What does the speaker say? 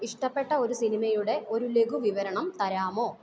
ഇഷ്ടപ്പെട്ട ഒരു സിനിമയുടെ ഒരു ലഘു വിവരണം തരാമോ